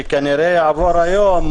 שכנראה יעבור היום,